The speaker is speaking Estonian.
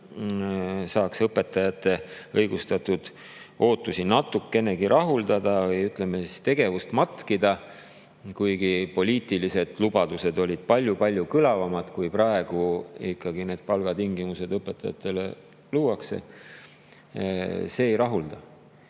saaks õpetajate õigustatud ootusi natukenegi rahuldada või, ütleme, tegevust matkida, kuigi poliitilised lubadused olid palju kõlavamad, kui praegu ikkagi need palgatingimused õpetajatele luuakse. See ei rahulda.